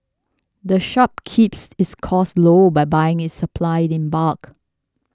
the shop keeps its costs low by buying its supplies in bulk